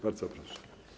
Bardzo proszę.